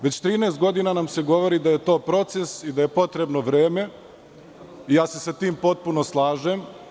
Već 13 godina nam se govori da je to proces i da je potrebno vreme i ja se sa tim potpuno slažem.